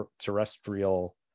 terrestrial